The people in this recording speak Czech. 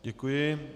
Děkuji.